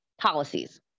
policies